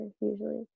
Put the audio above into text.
usually